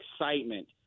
excitement